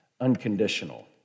unconditional